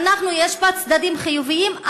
יש בה צדדים חיוביים,